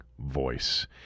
voice